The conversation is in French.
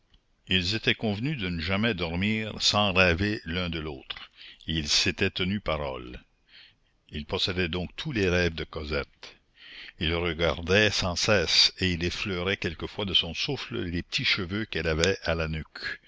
ils étaient convenus de ne jamais dormir sans rêver l'un de l'autre et ils s'étaient tenus parole il possédait donc tous les rêves de cosette il regardait sans cesse et il effleurait quelquefois de son souffle les petits cheveux qu'elle avait à la nuque